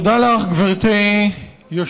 תודה לך, גברתי היושבת-ראש.